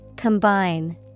Combine